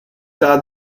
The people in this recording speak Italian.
tra